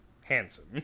Handsome